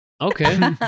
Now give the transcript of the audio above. Okay